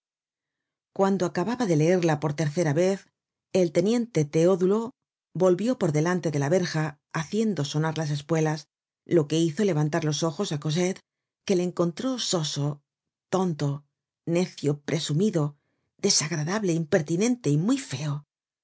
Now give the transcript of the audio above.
cuando acababa de leerla por tercera vez el teniente teodulo volvió por delante de la verja haciendo sonar las espuelas lo que hizo levantar los ojos á cosette que le encontró soso tonto necio presumido desagradable impertinente y muy feo